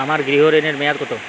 আমার গৃহ ঋণের মেয়াদ কত?